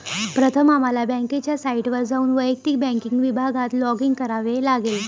प्रथम आम्हाला बँकेच्या साइटवर जाऊन वैयक्तिक बँकिंग विभागात लॉगिन करावे लागेल